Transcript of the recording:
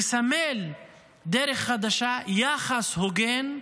לסמל דרך חדשה, יחס הוגן,